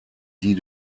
die